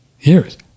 years